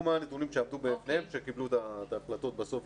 מה הנתונים שעמדו בפניהם כשקיבלו את ההחלטות בסוף,